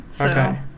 Okay